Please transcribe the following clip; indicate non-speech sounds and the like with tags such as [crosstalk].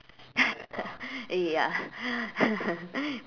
[laughs] ya [laughs]